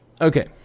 Okay